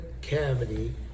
cavity